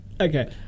Okay